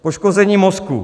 Poškození mozku.